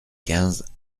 quinze